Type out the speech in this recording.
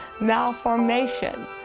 malformation